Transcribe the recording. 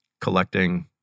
collecting